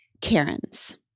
Karen's